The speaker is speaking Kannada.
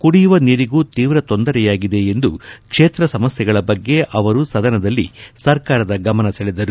ಕುಡಿಯುವ ನೀರಿಗೂ ತೀವ್ರ ತೊಂದರೆಯಾಗಿದೆ ಎಂದು ಕ್ವೇತ್ರ ಸಮಸ್ಥೆಗಳ ಬಗ್ಗೆ ಅವರು ಸದನದಲ್ಲಿ ಸರ್ಕಾರದ ಗಮನ ಸೆಳೆದರು